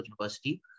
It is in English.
University